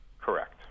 Correct